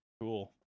cool